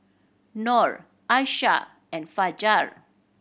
Nor Aisyah and Fajar